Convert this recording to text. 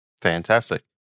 fantastic